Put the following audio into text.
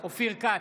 אופיר כץ,